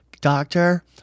Doctor